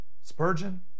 Spurgeon